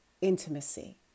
intimacy